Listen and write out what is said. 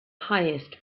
highest